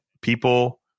people